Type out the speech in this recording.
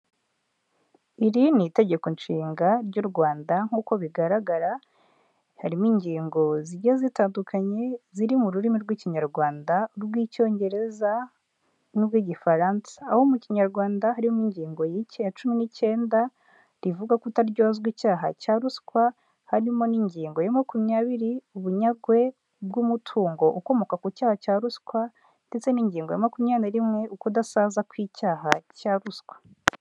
Iri ni itegekonshinga ry'u Rwanda, nk'uko bigaragara harimo ingingo zigiye zitandukanye ziri mu rurimi rw'Ikinyarwanda, urw'Icyongereza, n'urw'Igifaransa. Aho mu Kinyarwanda harimo ingingo ya cumi n'icyenda rivuga kutaryozwa icyaha cya ruswa; harimo n'ingingo ya makumyabiri, ubunyagwe bw'umutungo ukomoka ku cyaha cya ruswa; ndetse n'ingingo ya makumyabiri na rimwe, ukudasaza kw'icyaha cya ruswa.